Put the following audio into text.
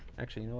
actually,